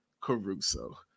Caruso